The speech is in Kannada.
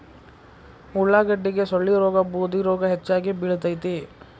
ಉಳಾಗಡ್ಡಿಗೆ ಸೊಳ್ಳಿರೋಗಾ ಬೂದಿರೋಗಾ ಹೆಚ್ಚಾಗಿ ಬಿಳತೈತಿ